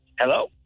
Hello